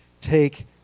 take